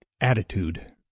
Attitude